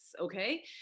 okay